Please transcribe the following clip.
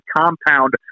compound